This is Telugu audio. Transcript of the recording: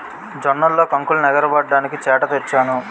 జొన్నల్లో కొంకుల్నె నగరబడ్డానికి చేట తెచ్చాను